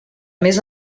més